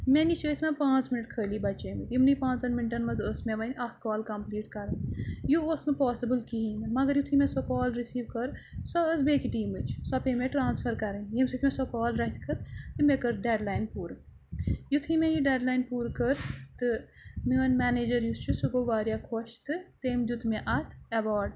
مےٚ نِش ٲسۍ وۄنۍ پانٛژھ مِنٹ خٲلی بَچیمٕتۍ یِمنٕے پانٛژَن مِنٹَن منٛز ٲس مےٚ وۄنۍ اَکھ کال کَمپٕلیٖٹ کَرٕنۍ یہِ اوس نہٕ پاسِبٕل کِہیٖنۍ نہٕ مگر یُتھُے مےٚ سۄ کال رِسیٖو کٔر سۄ ٲس بیٚکہِ ٹیٖمٕچ سۄ پیٚیہِ مےٚ ٹرٛانسفَر کَرٕنۍ ییٚمہِ سۭتۍ مےٚ سۄ کال تہٕ مےٚ کٔر ڈٮ۪ڈ لایِن پوٗرٕ یُتھُے مےٚ یہِ ڈٮ۪ڈ لایِن پوٗرٕ کٔر تہٕ میون میٚنیجَر یُس چھُ سُہ گوٚو واریاہ خۄش تہٕ تٔمۍ دیُت مےٚ اَتھ اٮ۪واڈ